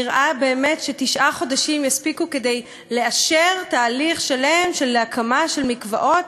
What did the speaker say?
נראה באמת שתשעה חודשים יספיקו כדי לאשר תהליך שלם של הקמה של מקוואות,